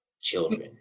children